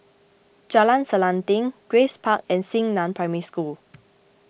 Jalan Selanting Grace Park and Xingnan Primary School